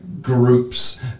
groups